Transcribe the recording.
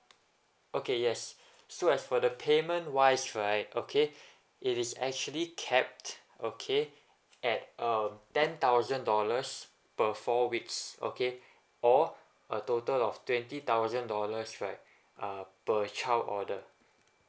okay yes so as for the payment wise right okay it is actually capped okay at um ten thousand dollars per four weeks okay or a total of twenty thousand dollars right uh per child order